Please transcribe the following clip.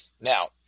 Now